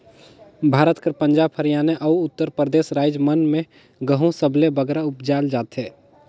भारत कर पंजाब, हरयाना, अउ उत्तर परदेस राएज मन में गहूँ सबले बगरा उपजाल जाथे